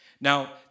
Now